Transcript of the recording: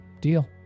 deal